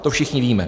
To všichni víme.